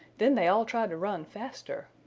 then they all tried to run faster.